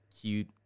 Cute